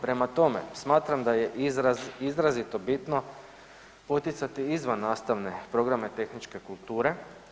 Prema tome, smatram da je izraz, izrazito bitno poticati izvan nastavne programe tehničke kulture.